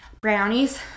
Brownies